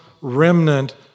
remnant